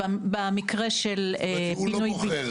במקרה של פינוי בינוי.